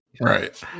Right